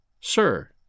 Sir